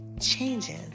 changes